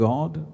God